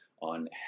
on